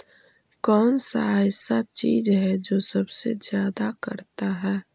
कौन सा ऐसा चीज है जो सबसे ज्यादा करता है?